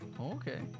Okay